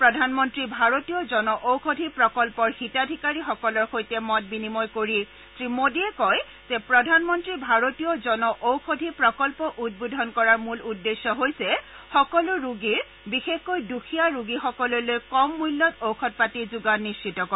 প্ৰধানমন্ত্ৰী ভাৰতীয় জনঔষধি প্ৰকল্পৰ হিতাধিকাৰীসকলৰ সৈতে মত বিনিময় কৰি শ্ৰী মোডীয়ে কৈছে যে প্ৰধানমন্তী ভাৰতীয় জনঔষধি প্ৰকন্প উদ্বোধন কৰাৰ মূল উদ্দেশ্যে হৈছে সকলো ৰোগীৰ বিশেষকৈ দুখীয়া ৰোগীসকললৈ কম মূল্যত ঔষধ পাতি যোগান নিশ্চিত কৰা